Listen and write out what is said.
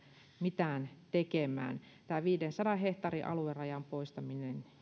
mitään tekemään tämä viidensadan hehtaarin aluerajan poistaminen